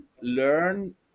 learn